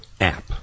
app